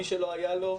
מי שלא היה לו,